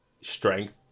strength